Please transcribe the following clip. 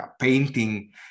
painting